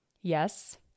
Yes